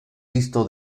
visto